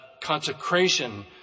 consecration